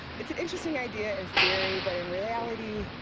it's an interesting idea in theory, but in reality,